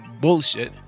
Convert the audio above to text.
bullshit